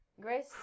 Grace